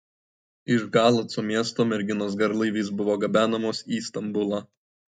iš galaco miesto merginos garlaiviais buvo gabenamos į stambulą